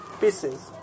pieces